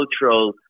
cultural